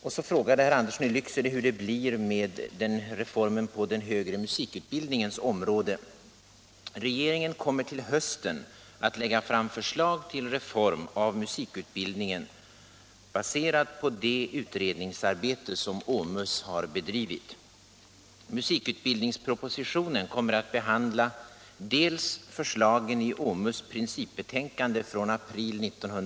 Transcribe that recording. Sedan frågade herr Andersson i Lycksele hur det blir med reformen på den högre musikutbildningens område.